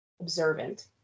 observant